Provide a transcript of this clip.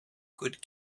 good